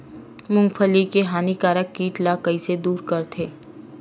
मूंगफली के हानिकारक कीट ला कइसे दूर करथे?